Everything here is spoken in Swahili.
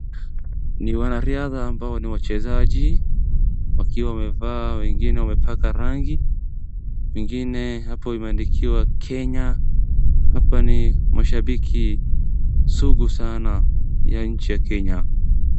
Ni wanariadha ambao ni wachezaji wakiwa wamevaa, wengine wamepaka rangi, wengine hapo imeandikiwa Kenya. Hapa ni mashambiki sugu sana ya nchi ya Kenya.